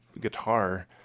guitar